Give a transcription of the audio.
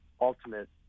ultimate